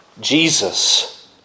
Jesus